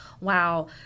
wow